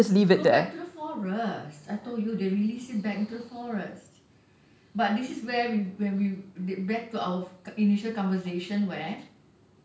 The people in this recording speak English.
go back to the forest I told you they release it back into the forest but this is where we when we back to our initial conversation where